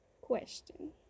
question